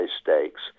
stakes